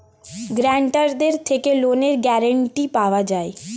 গ্যারান্টারদের থেকে লোনের গ্যারান্টি পাওয়া যায়